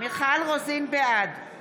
בעד